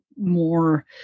more